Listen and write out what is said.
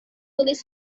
tulis